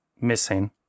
missing